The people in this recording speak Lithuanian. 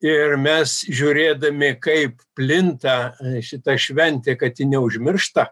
ir mes žiūrėdami kaip plinta šita šventė kad ji neužmiršta